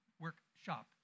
workshop